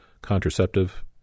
contraceptive